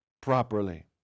properly